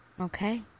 Okay